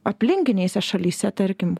aplinkinėse šalyse tarkim